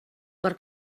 per